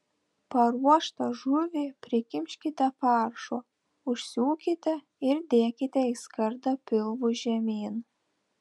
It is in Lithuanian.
paruoštą žuvį prikimškite faršo užsiūkite ir dėkite į skardą pilvu žemyn